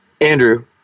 Andrew